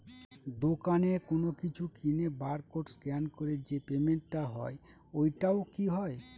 দোকানে কোনো কিছু কিনে বার কোড স্ক্যান করে যে পেমেন্ট টা হয় ওইটাও কি হয়?